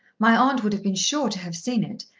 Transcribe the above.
my aunt would have been sure to have seen it.